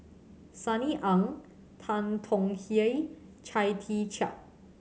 Sunny Ang Tan Tong Hye Chia Tee Chiak